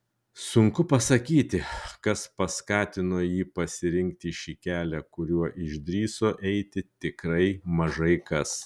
sunku pasakyti kas paskatino jį pasirinkti šį kelią kuriuo išdrįso eiti tikrai mažai kas